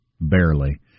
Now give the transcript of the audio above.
barely